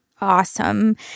awesome